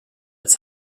its